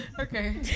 Okay